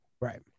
right